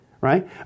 right